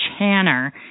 Channer